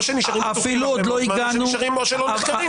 או שנשארים פתוחים או שלא נחקרים.